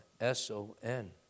S-O-N